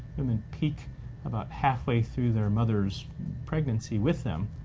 women peak about halfway through their mother's pregnancy with them,